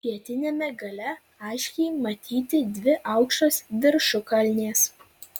pietiniame gale aiškiai matyti dvi aukštos viršukalnės